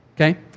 Okay